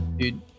Dude